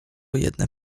jedne